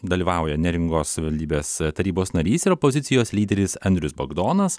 dalyvauja neringos savivaldybės tarybos narys ir opozicijos lyderis andrius bagdonas